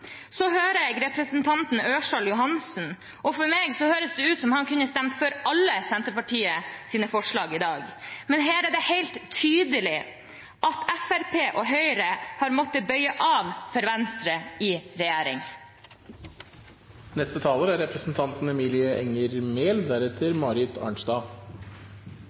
Så hørte jeg representanten Ørsal Johansen. For meg hørtes det ut som han kunne stemt for alle Senterpartiets forslag i dag, men her er det helt tydelig at Fremskrittspartiet og Høyre har måttet bøye av for Venstre i regjering. Vi fikk noen svar fra statsråden, og det setter jeg pris på, men jeg er